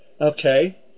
Okay